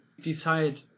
decide